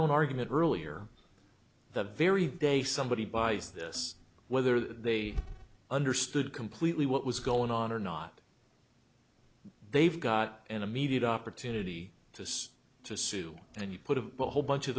own argument earlier the very day somebody buys this whether they understood completely what was going on or not they've got an immediate opportunity to say to sue and you put a whole bunch of